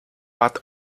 what